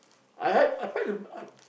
I had I find the